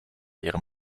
ihrem